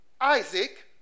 Isaac